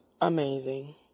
amazing